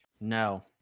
no